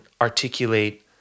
articulate